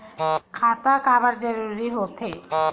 खाता काबर जरूरी हो थे?